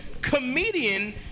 comedian